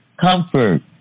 comfort